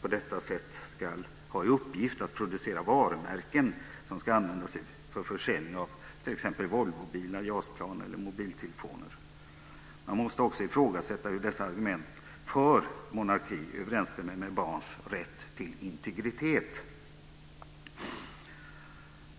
på detta sätt ska ha i uppgift att producera varumärken som ska användas för försäljning av t.ex. Volvobilar, JAS-plan eller mobiltelefoner. Man måste fråga sig om dessa argument för monarki överensstämmer med barns rätt till integritet.